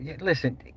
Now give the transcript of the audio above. listen